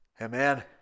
amen